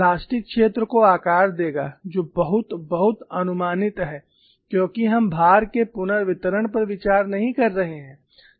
यह प्लास्टिक क्षेत्र को आकार देगा जो बहुत बहुत अनुमानित है क्योंकि हम भार के पुनर्वितरण पर विचार नहीं कर रहे हैं